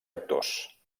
actors